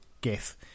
gif